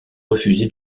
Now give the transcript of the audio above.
refusé